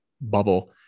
bubble